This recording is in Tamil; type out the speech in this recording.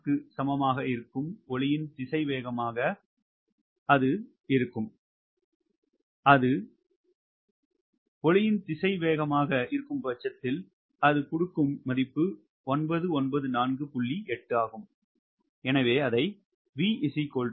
6 க்கு சமமாக இருக்கும் ஒலியின் திசைவேகமாக 0